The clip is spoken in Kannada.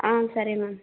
ಆಂ ಸರಿ ಮ್ಯಾಮ್